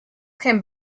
can